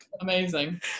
Amazing